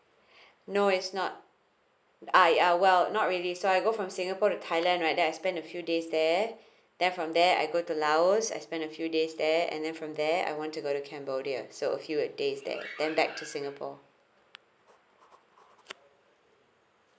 no it's not I uh well not really so I go from singapore to thailand right then I spent a few days there then from there I go to like laos I spent a few days there and then from there I want to go the cambodia so here uh days that then back to singapore